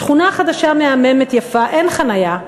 שכונה חדשה, מהממת, יפה, אין חניה,